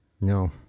No